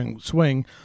swing